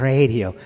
Radio